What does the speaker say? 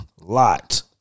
lot